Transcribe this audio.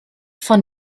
von